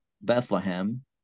Bethlehem